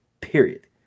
period